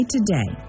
Today